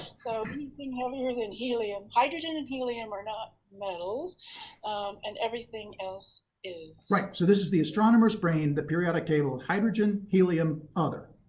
so anything heavier than helium. hydrogen and helium are not metals and everything else is. right, so this is the astronomers brain the periodic table hydrogen, helium, other.